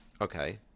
okay